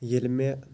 ییٚلہِ مےٚ